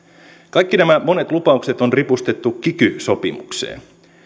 kaikki nämä monet lupaukset on ripustettu kiky sopimukseen